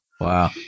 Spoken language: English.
Wow